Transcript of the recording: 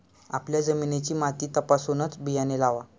आपल्या जमिनीची माती तपासूनच बियाणे लावा